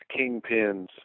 kingpins